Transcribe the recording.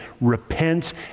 repent